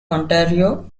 ontario